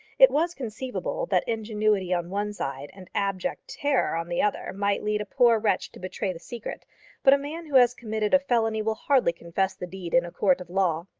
it was conceivable that ingenuity on one side and abject terror on the other might lead a poor wretch to betray the secret but a man who has committed a felony will hardly confess the deed in a court of law.